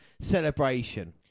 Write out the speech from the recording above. celebration